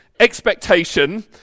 expectation